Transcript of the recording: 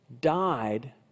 died